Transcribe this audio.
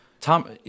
Tom